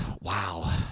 wow